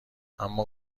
اما